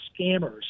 scammers